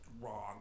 wrong